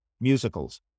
musicals